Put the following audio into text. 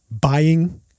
buying